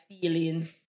feelings